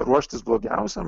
ruoštis blogiausiam